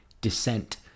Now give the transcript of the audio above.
descent